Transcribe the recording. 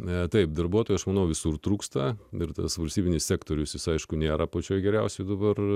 ne taip darbuotojų šunų visur trūksta ir tas valstybinis sektorius aišku nėra pačioje geriausioje dabar